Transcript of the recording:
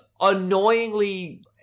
annoyingly